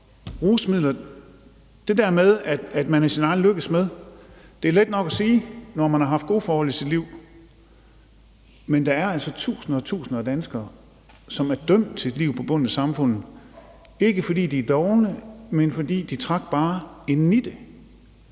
Det der med, at man er sin egen lykkes smed, er let nok at sige, når man har haft gode forhold i sit liv, men der er altså tusinder og atter tusinder af danskere, som er dømt til et liv på bunden af samfundet, ikke fordi de er dovne, men fordi de bare trak en nitte.